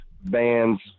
bands